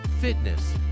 fitness